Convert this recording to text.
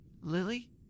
Lily